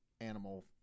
animal